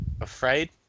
afraid